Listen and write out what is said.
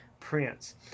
Prince